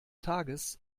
tages